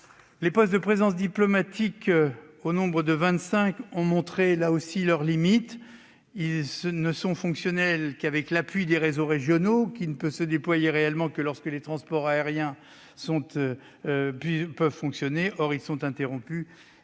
Les postes de présence diplomatique, au nombre de vingt-cinq, ont montré leurs limites. Ils ne sont fonctionnels qu'avec l'appui des réseaux régionaux, qui ne peuvent se déployer réellement que lorsque les transports aériens fonctionnent ; or ceux-ci sont interrompus,